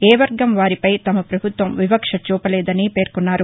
ఏ వర్గం వారిపై తమ ప్రభుత్వం వివక్ష చూపలేదని పేర్కొన్నారు